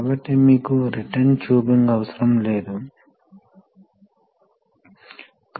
కాబట్టి ఇక్కడ మనకు పైలట్ ఆపరేటెడ్ వాల్వ్ ఉంది ఆపరేషన్ చూడండి